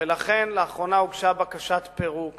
ולכן לאחרונה הוגשה בקשת פירוק